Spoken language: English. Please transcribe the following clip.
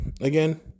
Again